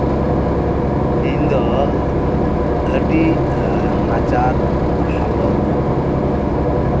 ᱤᱧ ᱫᱚ ᱟᱹᱰᱤ ᱱᱟᱪᱟᱨ ᱦᱟᱞᱚᱛ